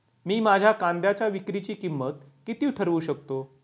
मी माझ्या कांद्यांच्या विक्रीची किंमत किती ठरवू शकतो?